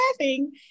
laughing